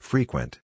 Frequent